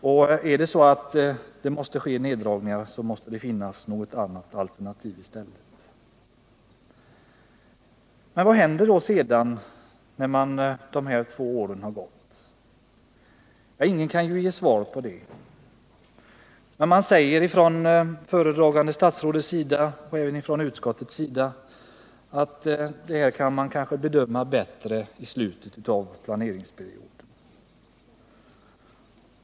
Och om nedläggningar måste ske är det nödvändigt att ha alternativ sysselsättning att erbjuda. Men vad händer sedan, när de två åren gått? Ingen kan ge svar på den frågan. Men föredragande statsrådet — och även utskottet — säger att det kanske kan bedömas bättre i slutet av planeringsperioden.